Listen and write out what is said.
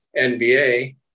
NBA